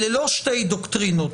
אלה לא שתי דוקטרינות.